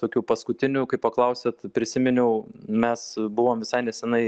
tokių paskutinių kai paklausėt prisiminiau mes buvom visai nesenai